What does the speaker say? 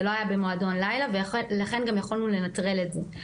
זה לא היה במועדון לילה ולכן גם יכולנו לנטרל את זה.